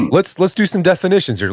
let's let's do some definitions here.